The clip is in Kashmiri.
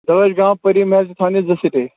دٲچھ گام پٔری محل چھِ تھاونہِ زٕ سِٹے